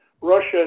Russia